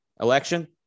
election